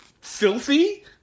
filthy